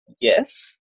yes